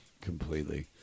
Completely